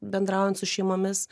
bendraujant su šeimomis